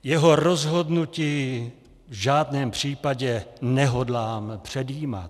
Jeho rozhodnutí v žádném případě nehodlám předjímat.